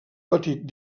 patit